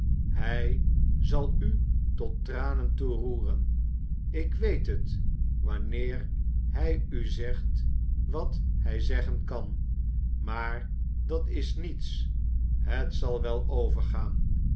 hij zal u tot tranen toe roeren ik weet het wanneer hij u zegt wat hij zeggen kan maar dat is niets het zal wel overgaan